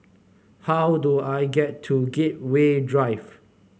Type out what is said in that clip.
how do I get to Gateway Drive